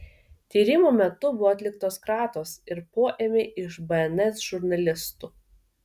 tyrimo metu buvo atliktos kratos ir poėmiai iš bns žurnalistų